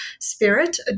spirit